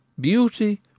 beauty